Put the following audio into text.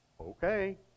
Okay